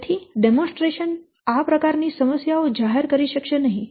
તેથી ડેમોન્સ્ટ્રેશન આ પ્રકાર ની સમસ્યાઓ જાહેર કરી શકશે નહીં